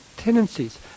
tendencies